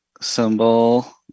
symbol